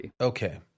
Okay